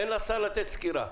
תן לשר לתת סקירה.